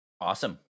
Awesome